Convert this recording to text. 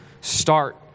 start